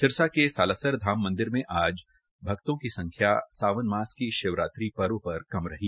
सिरसा के सालासर धाम मंदिर में आज भक्तों की संख्या सावन मास की शिवरात्रि पर्व पर कम रही